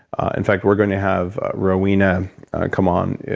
in fact, we're going to have rowena come on,